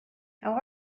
how